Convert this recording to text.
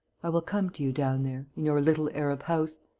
i will come to you down there, in your little arab house.